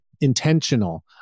intentional